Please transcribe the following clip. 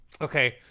Okay